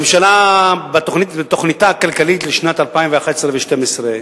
הממשלה, בתוכניתה הכלכלית לשנים 2011 2012,